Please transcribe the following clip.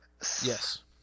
Yes